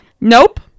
Nope